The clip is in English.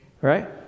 Right